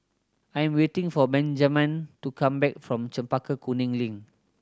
I am waiting for Benjaman to come back from Chempaka Kuning Link